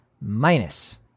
minus